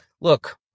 Look